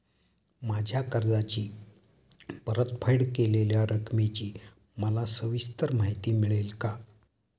माझ्या कर्जाची परतफेड केलेल्या रकमेची मला सविस्तर माहिती मिळेल का?